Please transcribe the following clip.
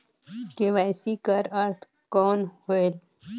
KYC कर अर्थ कौन होएल?